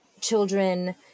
children